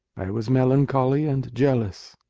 i was melancholy and jealous.